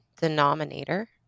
denominator